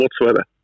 whatsoever